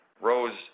rose